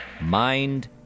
Mind